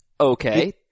Okay